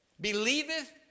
believeth